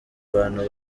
bantu